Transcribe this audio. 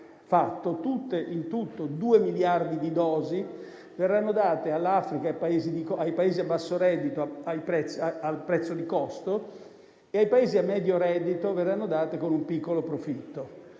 fatto in tutto due miliardi di dosi, che verranno date all'Africa e ai Paesi a basso reddito al prezzo di costo e ai Paesi di medio reddito con un piccolo profitto.